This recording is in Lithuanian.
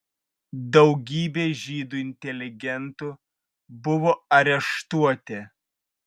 daugybė žydų inteligentų buvo areštuoti